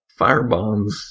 firebombs